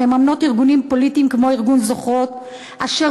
המממנות ארגונים פוליטיים כמו ארגון "זוכרות" אשר